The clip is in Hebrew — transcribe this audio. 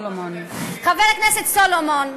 חבר הכנסת סולומון,